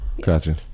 Gotcha